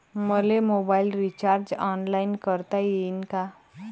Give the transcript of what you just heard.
मले mobile recharge online करता येईन का?